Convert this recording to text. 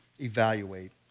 evaluate